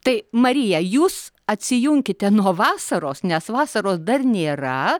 tai marija jūs atsijunkite nuo vasaros nes vasaros dar nėra